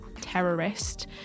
terrorist